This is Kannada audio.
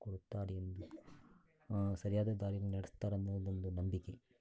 ಕೊಡುತ್ತಾರೆ ಎಂದು ಸರಿಯಾದ ದಾರೀಲಿ ನಡೆಸ್ತಾರೆ ಅನ್ನೋದೊಂದು ನಂಬಿಕೆ